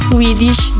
Swedish